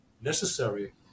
necessary